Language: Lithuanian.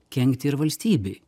kenkti ir valstybei